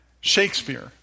Shakespeare